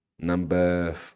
Number